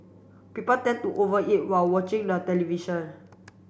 people tend to over eat while watching the television